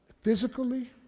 Physically